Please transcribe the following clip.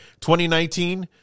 2019